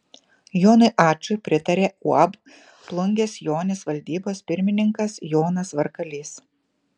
jonui ačui pritarė uab plungės jonis valdybos pirmininkas jonas varkalys